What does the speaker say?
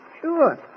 Sure